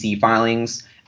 filings